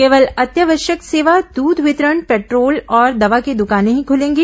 केवल अत्यावश्यक सेवा दूध वितरण पेट्रोल और दवा की दुकाने ही खुलेंगी